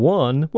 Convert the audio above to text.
one